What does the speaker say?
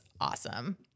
awesome